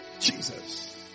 Jesus